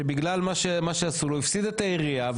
שבגלל מה שעשו לו הוא הפסיד את העירייה,